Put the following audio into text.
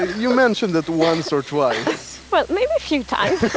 ah you mentioned it once or twice. well, maybe a few times.